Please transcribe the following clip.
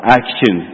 action